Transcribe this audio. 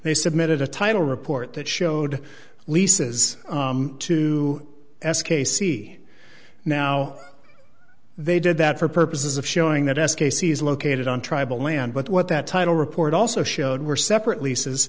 they submitted a title report that showed leases to s k c now they did that for purposes of showing that s k c is located on tribal land but what that title report also showed were separate leases